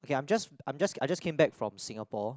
okay I'm just I'm just I just came back from Singapore